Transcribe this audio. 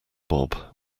bob